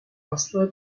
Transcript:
asla